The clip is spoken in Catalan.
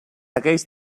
aquells